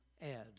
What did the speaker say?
add